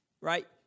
right